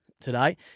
today